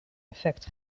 effect